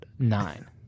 Nine